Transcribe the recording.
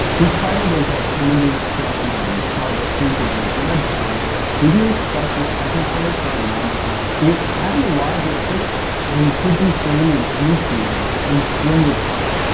despite all those alternatives shown on barbara flueckiger's website, studios stuck with technicolor for a long time. it had a reliable system and could be shown in any theatre in splendid color,